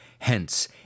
Hence